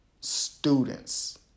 students